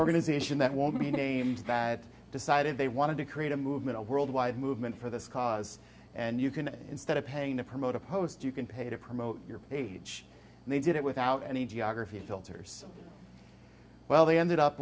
organization that will be named that decided they wanted to create a movement a worldwide movement for this cause and you can instead of paying to promote a post you can pay to promote your page and they did it without any geography filters well they ended up